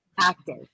active